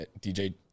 DJ